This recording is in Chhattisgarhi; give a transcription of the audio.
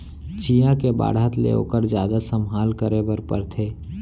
चियॉ के बाढ़त ले ओकर जादा संभाल करे बर परथे